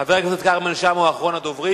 חבר הכנסת כרמל שאמה הוא אחרון הדוברים.